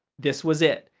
this was it,